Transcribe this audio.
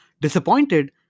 disappointed